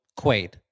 Quaid